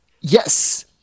Yes